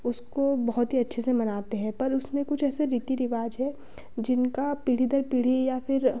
उसको बहुत ही अच्छे से मनाते हैं पर उसमें कुछ ऐसे रीति रिवाज़ है जिनका पीढ़ी दर पीढ़ी या फिर